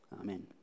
Amen